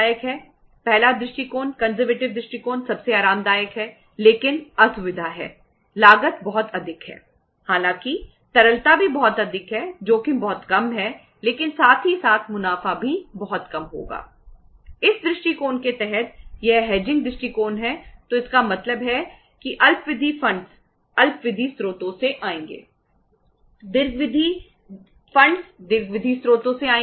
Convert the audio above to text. पहला दृष्टिकोण कंजरवेटिव अल्प विधि स्रोतों से आएंगे